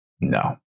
No